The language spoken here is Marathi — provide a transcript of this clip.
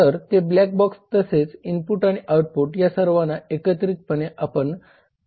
तर ते ब्लॅक बॉक्स तसेच इनपुट आणि आउटपुट या सर्वाना एकत्रितपानं आपण प्रणाली म्हणू शकतो